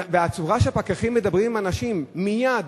והצורה שבה הפקחים מדברים עם אנשים, מייד